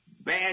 bad